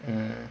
um